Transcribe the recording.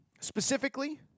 Specifically